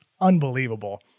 unbelievable